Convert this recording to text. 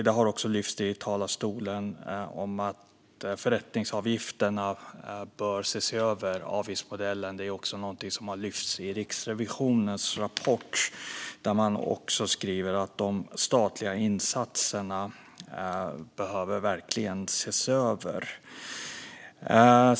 Vi har också lyft i talarstolen att förrättningsavgifterna bör ses över. Det handlar alltså om avgiftsmodellen, och det är något som har lyfts också i Riksrevisionens rapport. Där skriver man att de statliga insatserna verkligen behöver ses över.